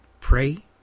pray